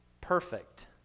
perfect